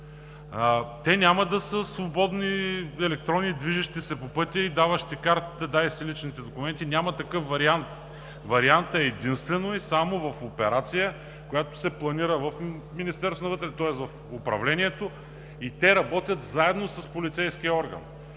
Те няма да са свободни електрони, движещи се по пътя и даващи си картата: дай си личните документи! Няма такъв вариант. Вариантът е единствено и само в операция, която се планира в Министерството на вътрешните работи, тоест в управлението и те работят заедно с полицейския орган